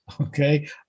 okay